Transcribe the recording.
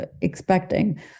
expecting